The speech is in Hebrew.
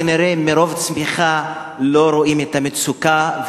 כנראה מרוב צמיחה לא רואים את המצוקה,